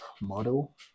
model